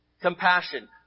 compassion